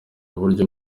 uburyo